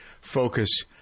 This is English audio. focus